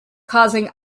causing